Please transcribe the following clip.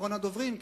אחרון הדוברים,